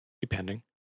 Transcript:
depending